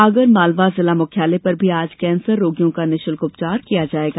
आगरमालवा जिला मुख्यालय पर भी आज कैंसर रोगियों का निशुल्क उपचार किया जायेगा